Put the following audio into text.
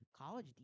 College